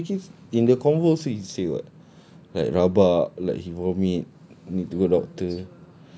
like he make it in the convo also he says what like rabak like he vomit I need to go doctor